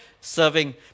serving